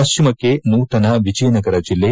ಪಶ್ಚಿಮಕ್ಕೆ ನೂತನ ವಿಜಯನಗರ ಜಿಲ್ಲೆ